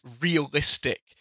realistic